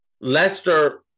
Leicester